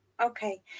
Okay